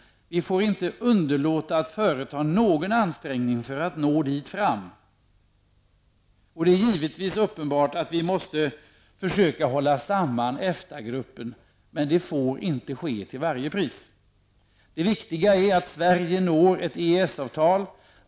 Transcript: Vi får inte underlåta att företa några ansträngningar för att nå dit fram. Det är uppenbart att vi måste försöka hålla samman EFTA-gruppen, men det får inte ske till varje pris. Det viktiga är att Sverige når ett EES-avtal.